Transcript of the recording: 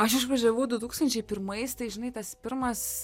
aš išvažiavau du tūkstančiai pirmais tai žinai tas pirmas